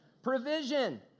provision